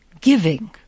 giving